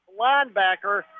linebacker